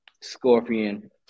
Scorpion